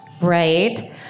Right